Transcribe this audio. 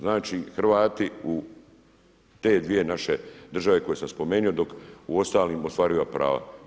Znači Hrvati u te dvije naše države koje sam spomenuo dok u ostalim ostvariva prava.